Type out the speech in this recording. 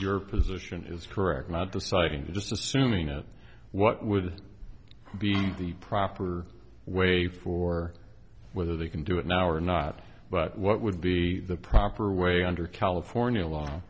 your position is correct now deciding to just assuming what would be the proper way for whether they can do it now or not but what would be the proper way under california law